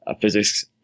physics